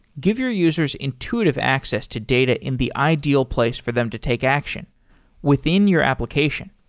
give your users intuitive access to data in the ideal place for them to take action within your application.